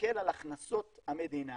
להסתכל על הכנסות המדינה